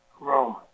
Rome